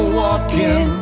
walking